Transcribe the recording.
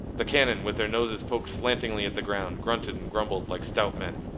the cannon with their noses poked slantingly at the ground grunted and grumbled like stout men,